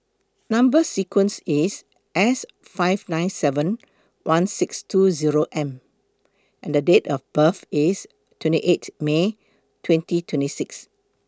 Number sequence IS S five nine seven one six two Zero M and Date of birth IS twenty eight May twenty twenty six